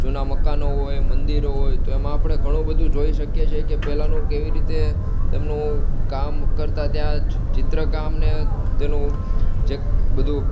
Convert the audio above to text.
જૂના મકાનો હોય મંદિરો હોય તો એમાં આપણે ઘણું બધું જોઈ શકીએ છે કે પહેલાંનું કેવી રીતે તેમનું કામ કરતા ત્યાં ચિત્ર કામને તેનું જે બધું